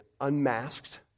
unmasked